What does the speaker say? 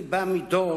אני בא מדור,